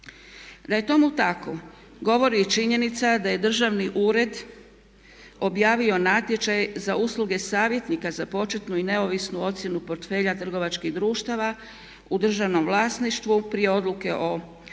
Da je tome tako, govori činjenica da je Državni ured objavio natječaj za usluge savjetnika za početnu i neovisnu ocjenu portfelja trgovačkih društava u državnom vlasništvu prije odluke o